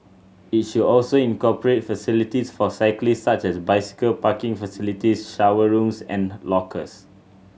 it should also incorporate facilities for cyclists such as bicycle parking facilities shower rooms and lockers